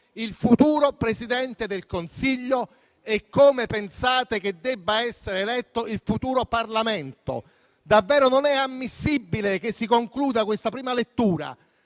il futuro Presidente del Consiglio e come pensate che debba essere eletto il futuro Parlamento. Non è davvero ammissibile che si concluda la prima lettura